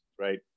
right